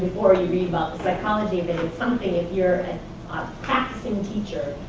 before you read about the psychology of it, it's something. if you're and ah a practicing teacher,